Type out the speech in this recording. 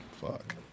Fuck